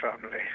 family